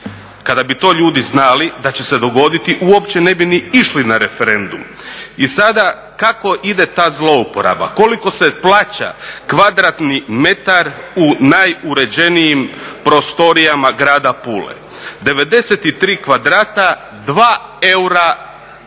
Kada bi to ljudi znali da će se dogoditi uopće ne bi ni išli na referendum. I sada kako ide ta zlouporaba? Koliko se plaća kvadratni metar u najuređenijih prostorijama grada Pule? 93 kvadrata, 2 eura po